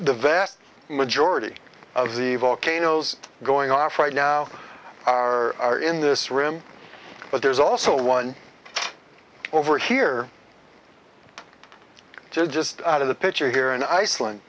the vast majority of the volcanoes going off right now are are in this room but there's also one over here just out of the picture here in iceland